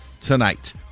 tonight